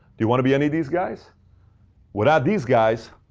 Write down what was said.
do you want to be any of these guys without these guys